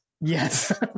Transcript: Yes